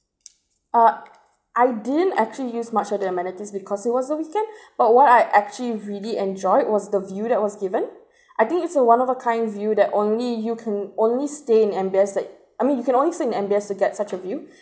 err I didn't actually use much of the amenities because it was a weekend but what I actually really enjoyed was the view that was given I think it's a one of a kind view that only you can only stay in M_B_S that I mean you can only stay in M_B_S to get such a view